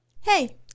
Hey